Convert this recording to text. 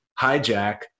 hijack